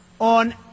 on